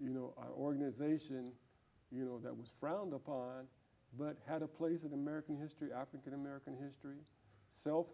you know our organization you know that was frowned upon but had a place in american history african american history self